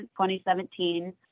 2017